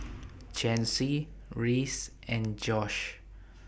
Chancy Reese and Josh